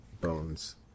Bones